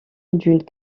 d’une